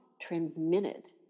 transmitted